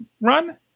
run